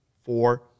four